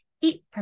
eat